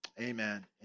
Amen